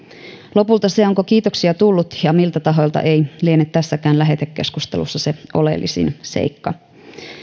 lopulta se onko kiitoksia tullut ja miltä tahoilta ei liene tässäkään lähetekeskustelussa se oleellisin seikka